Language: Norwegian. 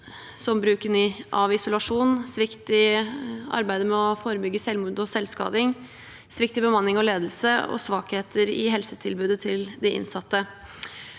som bruken av isolasjon, svikt i arbeidet med å forebygge selvmord og selvskading, svikt i bemanning og ledelse og svakheter i helsetilbudet til de innsatte.